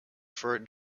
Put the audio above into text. for